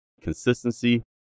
consistency